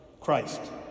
Christ